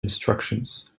instructions